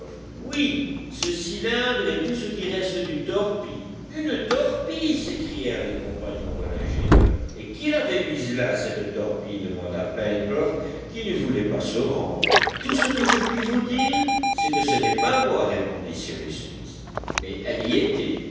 oui ce cylindre est tout ce qui reste d'une torpille une torpille s'écrièrent les compagnons de l'ingénieur et qui l'avait mise là cette torpille demanda pencroff qui ne voulait pas se rendre tout ce que je puis vous dire c'est que ce n'est pas moi répondit cyrus smith mais elle y était